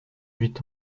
huit